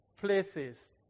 places